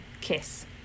kiss